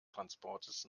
transportes